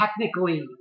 technically